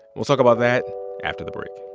we'll talk about that after the break